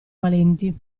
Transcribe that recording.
valenti